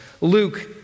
Luke